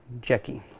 Jackie